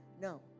No